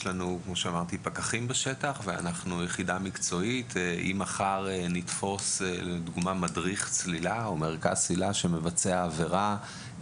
אם מחר נתפוס מדריך צלילה או מרכז צלילה שמבצע עבירה,